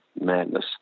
madness